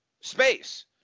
space